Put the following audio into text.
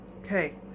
Okay